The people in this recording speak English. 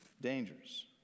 dangers